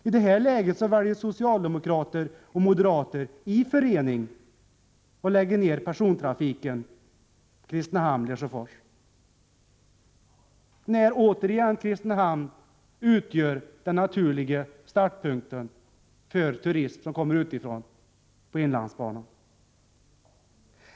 I detta läge väljer socialdemokrater och moderater i förening att lägga ned persontrafiken på bandelen Kristinehamn-Lesjöfors. Ändå utgör Kristinehamn den mest naturliga startpunkten för turister på inlandsbanan som kommer från kontinenten.